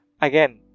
Again